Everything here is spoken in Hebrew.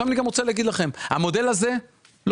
אני רוצה גם לומר לכם שהמודל הזה לא